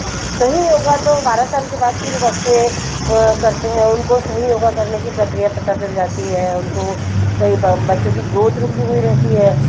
सही योग तो बारह साल के बाद के जो बच्चे हैं करते हैं उनको सही योग करने की प्रक्रिया पता चल जाती है उनको कई बच्चों की ग्रोथ रुकी हुई रेहती है